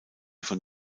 von